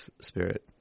spirit